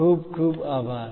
ખુબ ખુબ આભાર